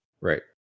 Right